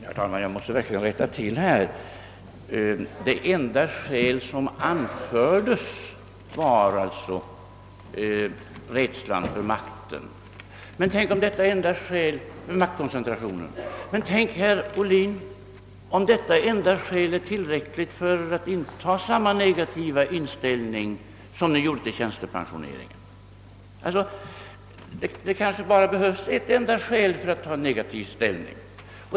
Herr talman! Jag måste verkligen rät ta till här! Det enda skäl som här har anförts var alltså rädslan för maktkoncentrationen. Men tänk, herr Ohlin, om detta enda skäl är tillräckligt för att ni skall inta samma negativa inställning som ni gjorde till tjänstepensioneringen? Det kanske behövs bara ett enda skäl för att ta en negativ ställning?